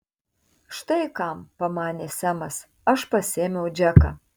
štai kam pamanė semas aš pasiėmiau džeką